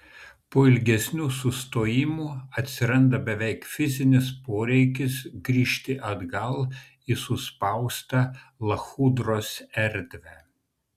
po ilgesnių sustojimų atsiranda beveik fizinis poreikis grįžti atgal į suspaustą lachudros erdvę